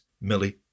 Millie